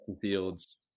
Fields